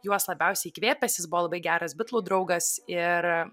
juos labiausiai įkvėpęs jis buvo labai geras bitlų draugas ir